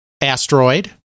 Asteroid